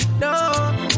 no